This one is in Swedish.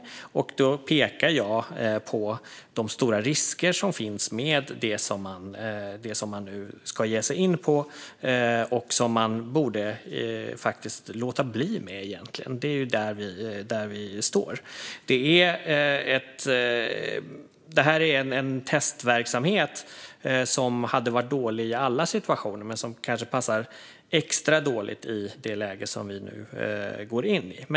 Jag pekar på de stora risker som finns med det som man nu ska ge sig in på och som man egentligen borde låta bli. Det är där vi står. Det här är en testverksamhet som hade varit dålig i alla situationer, men som kanske passar extra dåligt i det läge som vi nu går in i.